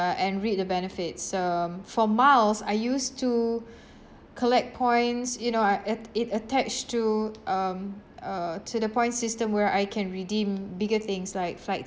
uh and reap the benefits um for miles I used to collect points you know uh at it attach to um uh to the point system where I can redeem bigger things like flight